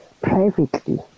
privately